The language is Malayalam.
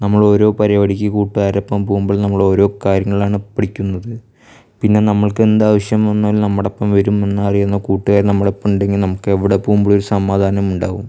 നമ്മളോരോ പരിപാടിക്ക് കൂട്ടുകാരൊപ്പം പോകുമ്പോൾ നമ്മൾ ഓരോ കാര്യങ്ങളാണ് പഠിക്കുന്നത് പിന്നെ നമ്മൾക്കെന്താവശ്യം വന്നാലും നമ്മടൊപ്പം വരും എന്നറിയുന്ന കൂട്ടുകാരൻ നമ്മുടൊപ്പം ഇണ്ടെങ്കിൽ നമുക്ക് എവിടെ പോകുമ്പളും ഒരു സമാധാനം ഉണ്ടാവും